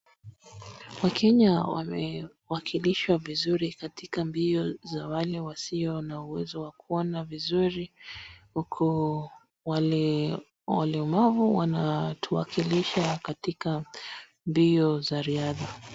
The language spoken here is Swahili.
Wakenya wamewakilishwa vizuri katika mbio za wale wasio na uwezo wa kuona vizuri huku walemavu wanatuwakilisha katika mbio za riadha.